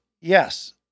yes